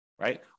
right